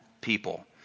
people